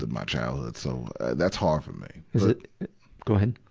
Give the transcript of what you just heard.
ah my childhood, so that's hard for me. is it go ahead.